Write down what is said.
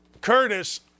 Curtis